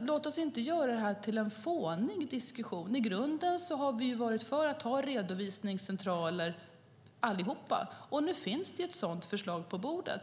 Låt oss inte göra detta till en fånig diskussion! I grunden har vi allihop varit för att ha redovisningscentraler, och nu finns det ett sådant förslag på bordet.